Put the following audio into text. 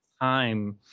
time